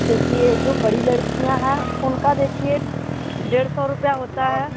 देखिए जो बड़ी लड़कियाँ है उनका देखिए डेढ़ सौ रुपये होता है